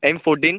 M fourteen